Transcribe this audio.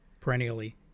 Perennially